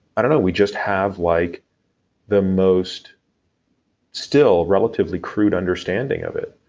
i don't know we just have like the most still, relatively crude understanding of it.